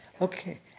Okay